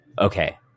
Okay